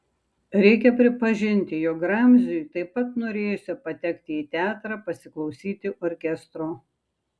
reikia pripažinti jog ramziui taip pat norėjosi patekti į teatrą pasiklausyti orkestro